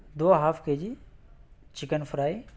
do half K G chicken fry